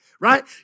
right